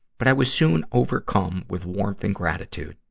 but i was soon overcome with warmth and gratitude.